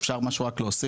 אם אפשר משהו רק להוסיף,